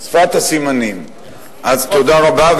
אז, תודה רבה.